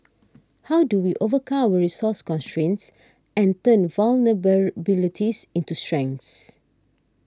how do we overcome resource constraints and turn vulnerabilities into strengths